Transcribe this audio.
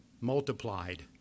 multiplied